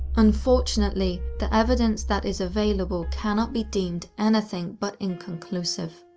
unfortunately, the evidence that is available cannot be deemed anything but inconclusive.